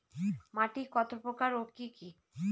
মাটি কতপ্রকার ও কি কী?